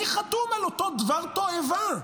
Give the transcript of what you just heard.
מי חתום על אותו דבר תועבה?